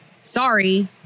sorry